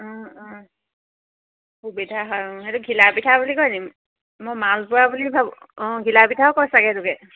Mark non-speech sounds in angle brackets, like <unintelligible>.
অঁ সুবিধা হয় সেইটো ঘিলা পিঠা বুলি কয় নি মই মালপোৱা বুলি ভাবোঁ অঁ ঘিলা পিঠাও <unintelligible>